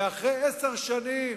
ואחרי עשר שנים